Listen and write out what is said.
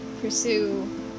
pursue